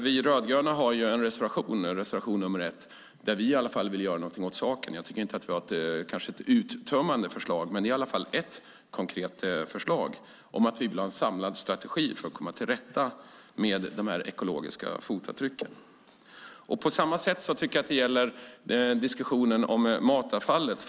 Vi rödgröna har en reservation, reservation 1, där vi säger att vi vill göra något åt saken. Jag tycker kanske inte att vi har ett uttömmande förslag, men vi har i alla fall ett konkret förslag om att vi vill ha en samlad strategi för att komma till rätta med de ekologiska fotavtrycken. På samma sätt är det med diskussionen om matavfallet.